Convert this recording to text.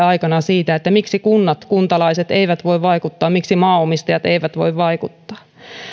aikana siitä miksi kunnat kuntalaiset eivät voi vaikuttaa miksi maanomistajat eivät voi vaikuttaa